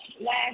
last